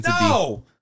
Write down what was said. No